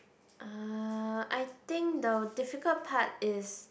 uh I think the difficult part is